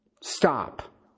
Stop